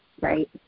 right